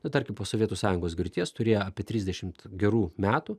nu tarkim po sovietų sąjungos griūties turėjo apie trisdešimt gerų metų